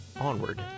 Onward